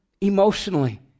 emotionally